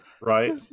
Right